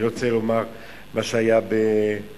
אני רוצה לומר מה שהיה בסוכות,